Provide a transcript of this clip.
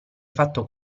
fatto